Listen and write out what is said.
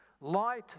Light